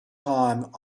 time